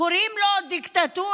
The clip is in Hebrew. קוראים לו דיקטטורה,